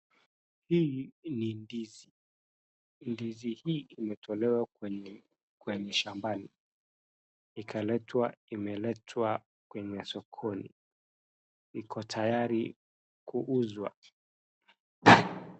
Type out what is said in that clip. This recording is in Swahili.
Hii ni ndizi. Ndizi hii imetolewa kwenye shambani imeletwa kwenye sokoni. Iko tayari kuuzwa.